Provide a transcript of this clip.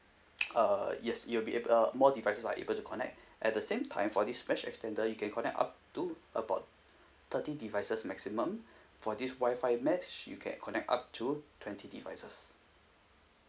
uh yes you'll be uh more devices are able to connect at the same time for this mesh extender you can connect up to about thirty devices maximum for this WI-FI mesh you can connect up to twenty devices